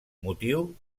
motiu